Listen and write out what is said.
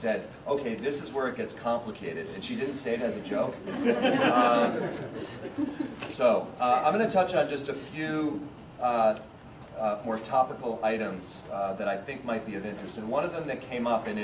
said ok this is where it gets complicated and she didn't say it as a joke so i'm going to touch on just a few more topical items that i think might be of interest and one of them that came up in